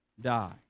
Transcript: die